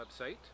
website